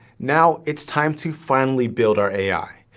now, it's time to finally build our ai.